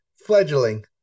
fledgling